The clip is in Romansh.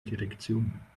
direcziun